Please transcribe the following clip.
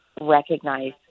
recognize